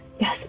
yes